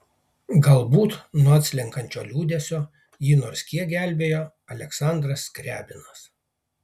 galbūt nuo atslenkančio liūdesio jį nors kiek gelbėjo aleksandras skriabinas